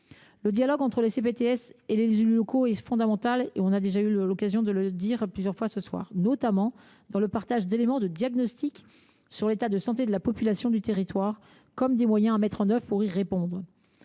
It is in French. Le dialogue entre les CPTS et les élus locaux est fondamental – nous avons eu l’occasion de le rappeler plusieurs fois ce soir –, notamment dans le partage d’éléments de diagnostic sur l’état de santé de la population du territoire comme des moyens à déployer pour y répondre.